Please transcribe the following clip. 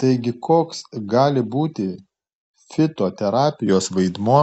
taigi koks gali būti fitoterapijos vaidmuo